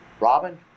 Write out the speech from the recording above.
Robin